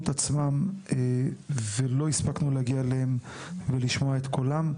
את עצמם ולא הספקנו להגיע אליהם ולשמוע את קולם,